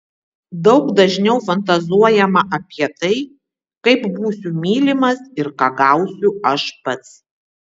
daug dažniau fantazuojama apie tai kaip būsiu mylimas ir ką gausiu aš pats